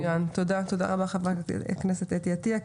מצוין, תודה רבה חה"כ אתי עטייה.